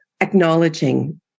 acknowledging